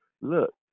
look